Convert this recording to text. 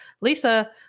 Lisa